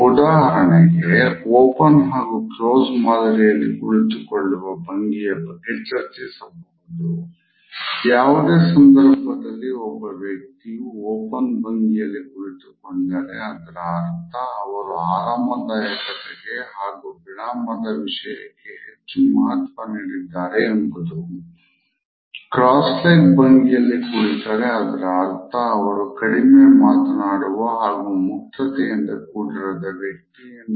ಉದಾಹರಣೆಗೆ ಓಪನ್ ಭಂಗಿಯಲ್ಲಿ ಕುಳಿತರೆ ಅದರ ಅರ್ಥ ಅವರು ಕಡಿಮೆ ಮಾತನಾಡುವ ಹಾಗೂ ಮುಕ್ತತೆಯಿಂದ ಕೂಡಿರದ ವ್ಯಕ್ತಿ ಎಂದು